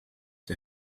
der